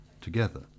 together